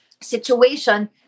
situation